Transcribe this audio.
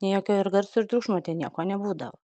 jokio ir garso ir triukšmo ten nieko nebūdavo